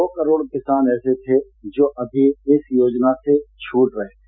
दो करोड़ किसान ऐसे थे जो अभी इस योजना से छूट रहे थे